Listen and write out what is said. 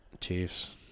Chiefs